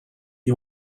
you